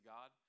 God